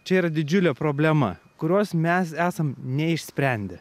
čia yra didžiulė problema kurios mes esam neišsprendę